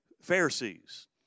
Pharisees